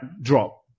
drop